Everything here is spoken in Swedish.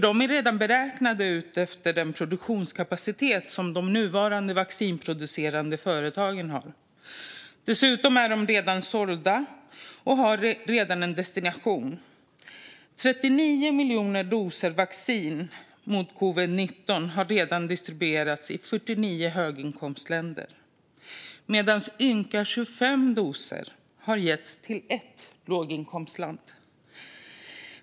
De är redan beräknade utefter den produktionskapacitet som de nuvarande vaccinproducerande företagen har. Dessutom är de redan sålda och har redan en destination. Det har redan distribuerats 39 miljoner doser vaccin mot covid-19 i 49 höginkomstländer medan ynka 25 doser har getts till ett låginkomstland.